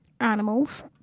Animals